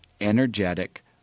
energetic